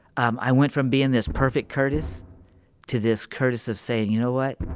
um, i went from being this perfect curtis to this curtis of saying, you know what?